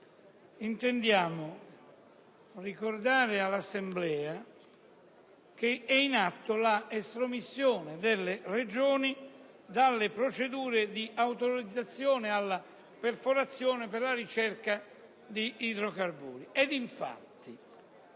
intendiamo ricordare all'Assemblea che è in atto l'estromissione delle Regioni dalle procedure di autorizzazione alla perforazione per la ricerca di idrocarburi.